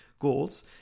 goals